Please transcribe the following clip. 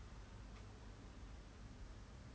eh she's gonna die on the streets if her parents won't rich